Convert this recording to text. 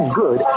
good